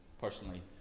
personally